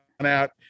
out